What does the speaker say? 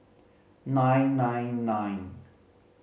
nine nine nine